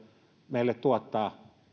meille tuottaa